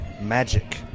magic